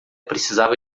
precisava